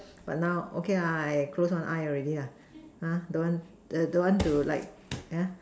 but now okay lah close one eye already lah !huh! don't want don't want to like ya